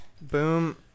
Boom